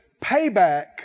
Payback